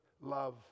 love